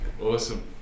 Awesome